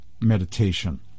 meditation